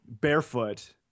barefoot